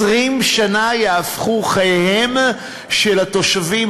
20 שנה ייהפכו חייהם של התושבים,